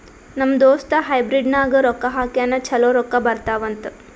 ನಮ್ ದೋಸ್ತ ಹೈಬ್ರಿಡ್ ನಾಗ್ ರೊಕ್ಕಾ ಹಾಕ್ಯಾನ್ ಛಲೋ ರೊಕ್ಕಾ ಬರ್ತಾವ್ ಅಂತ್